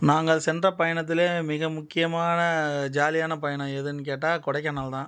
நாங்கள் சென்ற பயணத்திலே மிக முக்கியமான ஜாலியான பயணம் எதுன்னு கேட்டால் கொடைக்கானல்தான்